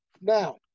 Now